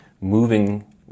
moving